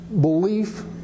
belief